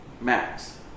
Max